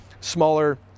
smaller